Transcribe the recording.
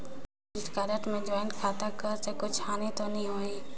Credit card मे joint खाता कर से कुछ हानि तो नइ होही?